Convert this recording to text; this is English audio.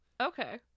Okay